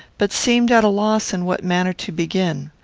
but seemed at a loss in what manner to begin.